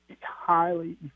highly